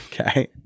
okay